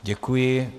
Děkuji.